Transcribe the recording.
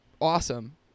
awesome